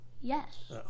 Yes